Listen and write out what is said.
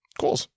Cool